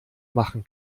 machen